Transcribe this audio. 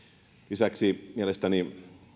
lisäksi mielestäni